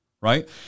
right